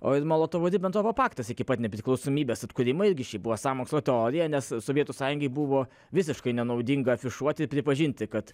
o ir molotovo ribentropo paktas iki pat nepriklausomybės atkūrimo irgi šiaip buvo sąmokslo teorija nes sovietų sąjungai buvo visiškai nenaudinga afišuoti pripažinti kad